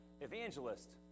evangelist